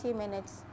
minutes